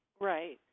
Right